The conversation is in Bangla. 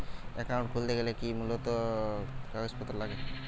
অ্যাকাউন্ট খুলতে গেলে মূলত কি কি কাগজপত্র লাগে?